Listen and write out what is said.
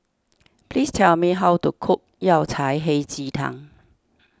please tell me how to cook Yao Cai Hei Ji Tang